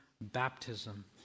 baptism